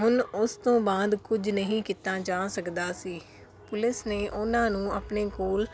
ਹੁਣ ਉਸ ਤੋਂ ਬਾਅਦ ਕੁਝ ਨਹੀਂ ਕੀਤਾ ਜਾ ਸਕਦਾ ਸੀ ਪੁਲਿਸ ਨੇ ਉਹਨਾਂ ਨੂੰ ਆਪਣੇ ਕੋਲ